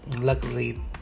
luckily